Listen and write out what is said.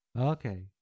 Okay